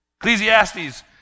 Ecclesiastes